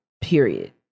period